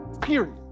Period